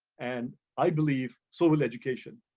and i believe, so will education.